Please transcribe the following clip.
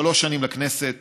שלוש שנים לכנסת,